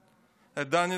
את דני דנון,